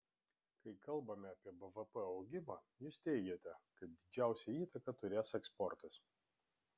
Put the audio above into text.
kai kalbame apie bvp augimą jūs teigiate kad didžiausią įtaką turės eksportas